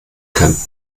kann